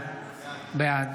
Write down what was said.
בעד